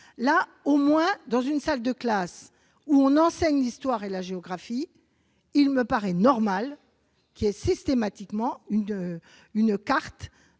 En tout cas, dans une salle de classe où l'on enseigne l'histoire et la géographie, il me paraît normal qu'il y ait systématiquement une carte